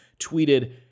tweeted